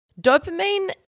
dopamine